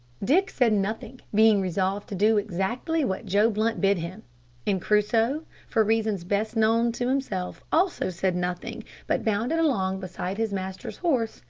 dick said nothing, being resolved to do exactly what joe blunt bid him and crusoe, for reasons best known to himself, also said nothing, but bounded along beside his master's horse,